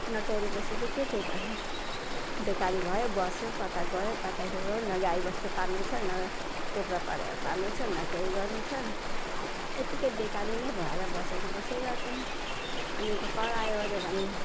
नटेरेपछि चाहिँ के चाहिँ गर्ने बेकारी भयो बस्यो कता गयो कता के गऱ्यो न गाईवस्तु पाल्नु छ न कुखरापरेवा पाल्नु छ न केही गर्नु छ यतिकै बेकारी नै भएर बसेकोबस्यै गर्छन् अनि करायोओऱ्यो भने